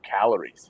calories